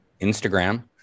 Instagram